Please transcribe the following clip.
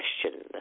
question